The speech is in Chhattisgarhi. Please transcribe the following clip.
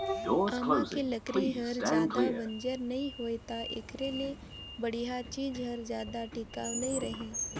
आमा के लकरी हर जादा बंजर नइ होय त एखरे ले बड़िहा चीज हर जादा टिकाऊ नइ रहें